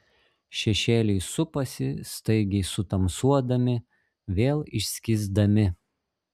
šešėliai supasi staigiai sutamsuodami vėl išskysdami